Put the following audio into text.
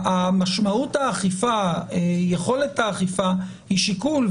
משמעות יכולת האכיפה היא שיקול,